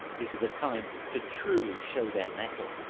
this is a time to truly show their mettle.